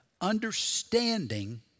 understanding